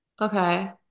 Okay